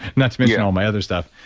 not to mention all my other stuff.